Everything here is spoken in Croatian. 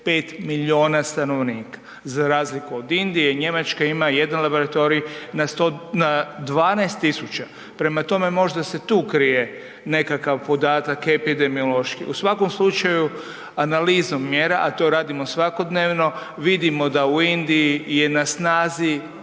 75 miliona stanovnika. Za razliku od Indije, Njemačka ima 1 laboratorij na 12.000, prema tom možda se tu krije nekakav podatak epidemiološki. U svakom slučaju analizom mjera, a to radimo svakodnevno, vidimo da u Indiji je na snazi